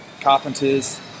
Carpenters